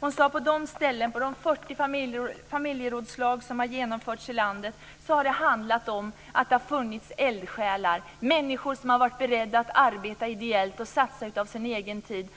Hon sade att det vid de 40 familjerådslag som har genomförts i landet har handlat om att det har funnits eldsjälar, människor som har varit beredda att arbeta ideellt och satsa sin egen tid.